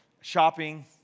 Shopping